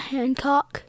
Hancock